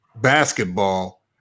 basketball